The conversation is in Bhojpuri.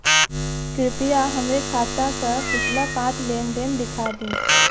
कृपया हमरे खाता क पिछला पांच लेन देन दिखा दी